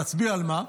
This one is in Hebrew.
להצביע על מה?